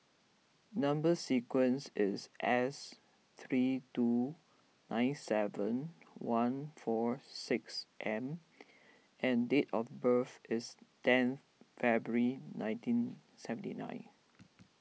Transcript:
Number Sequence is S three two nine seven one four six M and date of birth is ten February nineteen seventy nine